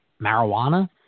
marijuana